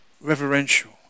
reverential